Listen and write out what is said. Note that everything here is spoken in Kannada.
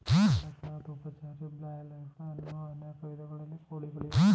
ಕಡಕ್ ನಾಥ್, ಉಪಚಾರಿ, ಬ್ರಾಯ್ಲರ್ ಅನ್ನೋ ಅನೇಕ ವಿಧದ ಕೋಳಿಗಳಿವೆ